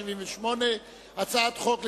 (תיקון מס' 8); הצעת חוק המכר (דירות) (תיקון